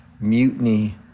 Mutiny